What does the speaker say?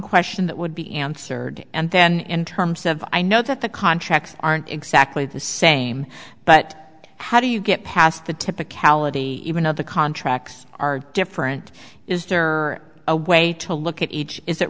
question that would be answered and then in terms of i know that the contracts aren't exactly the same but how do you get past the typicality even of the contracts are different is there a way to look at each is